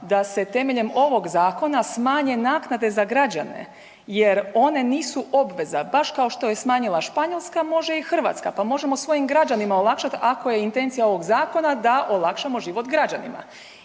da se temeljem ovog zakona smanje naknade za građane jer one nisu obveza, baš kao što je smanjila Španjolska može i Hrvatska, pa možemo svojim građanima olakšat ako je intencija ovog zakona da olakšamo život građanima.